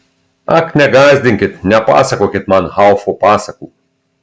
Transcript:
ak negąsdinkit nepasakokit man haufo pasakų